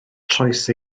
troes